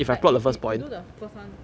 like you you you do the first one